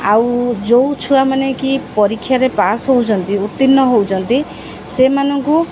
ଆଉ ଯେଉଁ ଛୁଆମାନେ କି ପରୀକ୍ଷାରେ ପାସ୍ ହଉଛନ୍ତି ଉତ୍ତୀର୍ଣ୍ଣ ହଉଛନ୍ତି ସେମାନଙ୍କୁ